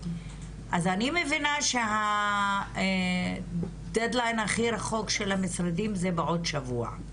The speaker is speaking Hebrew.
אז אני מבינה שהדד-ליין הכי רחוק של המשרדים זה בעוד שבוע,